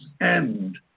end